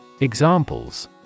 Examples